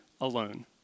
alone